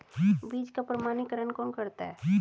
बीज का प्रमाणीकरण कौन करता है?